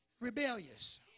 rebellious